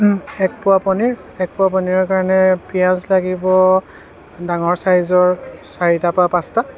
এক পোৱা পনীৰ এক পোৱা পনীৰৰ কাৰণে পিয়াঁজ লাগিব ডাঙৰ ছাইজৰ চাৰিটা বা পাঁচটা